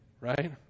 right